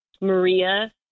Maria